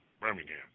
Birmingham